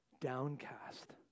downcast